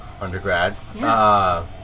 undergrad